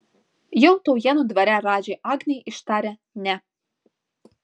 jau taujėnų dvare radži agnei ištarė ne